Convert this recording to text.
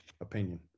opinion